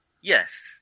Yes